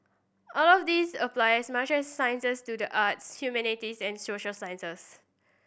all of these apply as much the sciences as to the arts humanities and social sciences